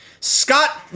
Scott